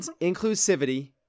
inclusivity